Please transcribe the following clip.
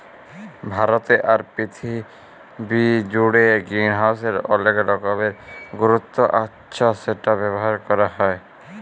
ভারতে আর পীরথিবী জুড়ে গ্রিনহাউসের অলেক রকমের গুরুত্ব আচ্ছ সেটা ব্যবহার ক্যরা হ্যয়